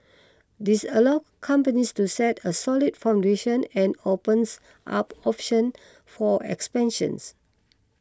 this allow companies to set a solid foundation and opens up options for expansions